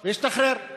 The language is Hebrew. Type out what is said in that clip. הוא השתחרר, לא?